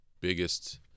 biggest